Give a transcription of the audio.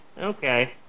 Okay